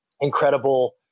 incredible